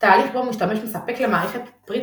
תהליך בו משתמש מספק למערכת מידע פריט